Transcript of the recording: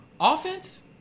Offense